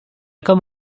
comme